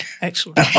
Excellent